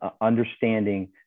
understanding